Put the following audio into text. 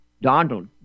Donald